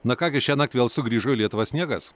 na ką gi šiąnakt vėl sugrįžo į lietuvą sniegas